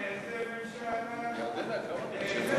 איזו ממשלה, איזו ממשלה.